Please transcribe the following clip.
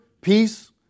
peace